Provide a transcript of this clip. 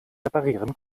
reparieren